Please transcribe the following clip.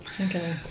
Okay